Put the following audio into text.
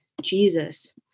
Jesus